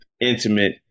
intimate